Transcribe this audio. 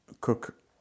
cook